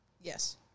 Yes